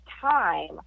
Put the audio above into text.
time